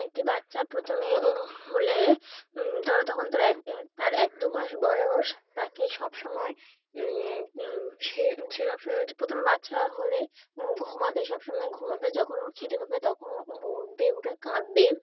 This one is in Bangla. একটি বাচ্চা প্রথমে হলে ধরো তখন তার এক তার এক দু মাস বয়স তাকে সবসময় সে সে সময় প্রথমে বাচ্চা হলে ঘুমাবে সব সময় ঘুমাবে যখন ওর খিদে পাবে তখন ঘুম থেকে উঠবে উঠে কাঁদবে